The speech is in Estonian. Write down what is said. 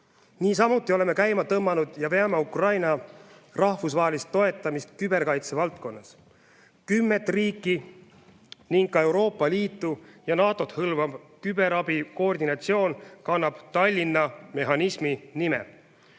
Niisamuti oleme käima tõmmanud ja veame Ukraina rahvusvahelist toetamist küberkaitse valdkonnas. Kümmet riiki ning ka Euroopa Liitu ja NATO-t hõlmav küberabi koordinatsioon kannab Tallinna mehhanismi nime.